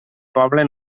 poble